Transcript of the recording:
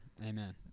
Amen